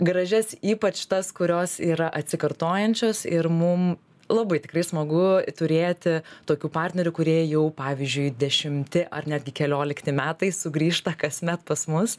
gražias ypač tas kurios yra atsikartojančios ir mum labai tikrai smagu turėti tokių partnerių kurie jau pavyzdžiui dešimti ar netgi keliolikti metai sugrįžta kasmet pas mus